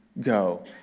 go